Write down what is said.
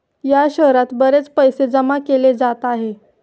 या शहरात बरेच पैसे जमा केले जात आहे